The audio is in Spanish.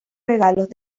regalos